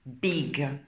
big